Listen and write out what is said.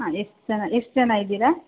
ಹಾಂ ಎಷ್ಟು ಜನ ಎಷ್ಟು ಜನ ಇದ್ದೀರಿ